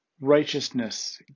Righteousness